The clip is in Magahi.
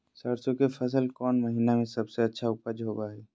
सरसों के फसल कौन महीना में सबसे अच्छा उपज होबो हय?